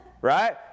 Right